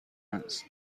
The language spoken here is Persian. است